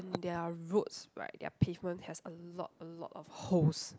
their roads right their pavement has a lot a lot of holes